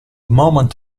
moment